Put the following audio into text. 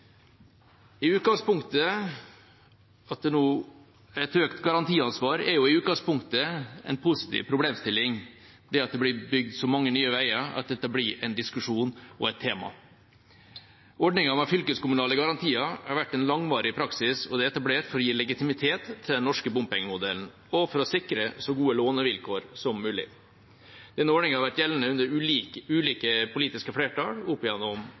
i utgangspunktet en positiv problemstilling – det at det blir bygd så mange nye veier at dette blir en diskusjon og et tema. Ordningen med fylkeskommunale garantier har vært en langvarig praksis, og den er etablert for å gi legitimitet til den norske bompengemodellen og for å sikre så gode lånevilkår som mulig. Denne ordningen har vært gjeldende under ulike politiske flertall oppigjennom